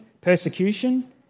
persecution